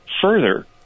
further